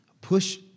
push